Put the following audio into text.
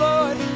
Lord